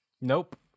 Nope